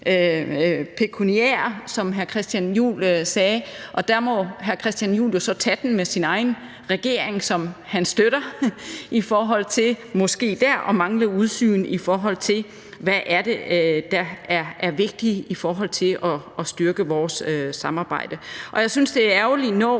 pekuniære, som hr. Christian Juhl sagde. Der må hr. Christian Juhl jo så tage den med sin egen regering, som han støtter, og som måske dér mangler udsyn, i forhold til hvad det er, der er vigtigt for at styrke vores samarbejde. Jeg synes, det er ærgerligt, når